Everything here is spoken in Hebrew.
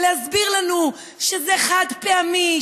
ולהסביר לנו שזה חד-פעמי,